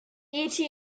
eta